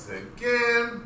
again